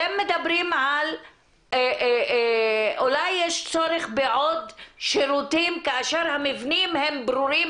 אתם מדברים על - אולי יש צורך בעוד שירותים כאשר המבנים הם ברורים,